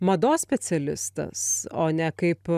mados specialistas o ne kaip